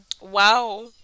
Wow